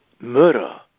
murder